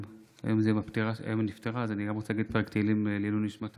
אני רוצה דווקא להגיד פרק תהילים לעילוי נשמת